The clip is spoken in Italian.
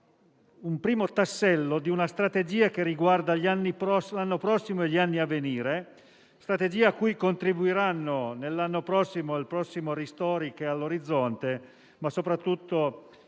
un primo tassello di una strategia che riguarda l'anno prossimo e gli anni a venire, a cui contribuiranno il prossimo decreto ristori, che è all'orizzonte, ma soprattutto